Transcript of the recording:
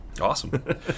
Awesome